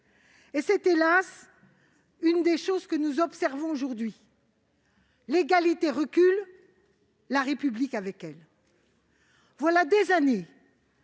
C'est, hélas ! l'une des choses que nous observons aujourd'hui : l'égalité recule, la République avec elle. Cela fait des années